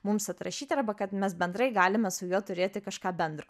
mums atrašyti arba kad mes bendrai galime su juo turėti kažką bendro